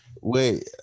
Wait